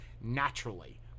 naturally